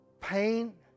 pain